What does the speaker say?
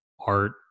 art